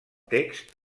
text